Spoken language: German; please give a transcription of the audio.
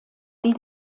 die